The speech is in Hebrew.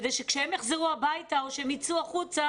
כדי שכשהם יחזרו הביתה או שהם ייצאו החוצה